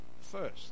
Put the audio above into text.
first